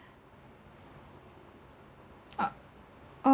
uh oh